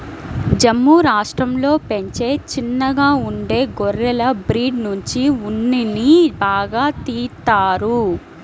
జమ్ము రాష్టంలో పెంచే చిన్నగా ఉండే గొర్రెల బ్రీడ్ నుంచి ఉన్నిని బాగా తీత్తారు